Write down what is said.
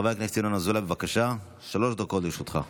חבר הכנסת ינון אזולאי, בבקשה, שלוש דקות לרשותך.